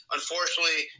Unfortunately